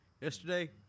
Yesterday